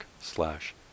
slash